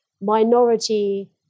minority